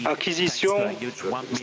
Acquisition